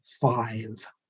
five